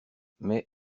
mais